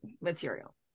material